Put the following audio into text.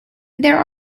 there